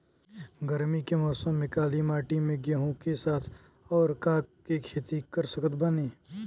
गरमी के मौसम में काली माटी में गेहूँ के साथ और का के खेती कर सकत बानी?